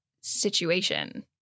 situation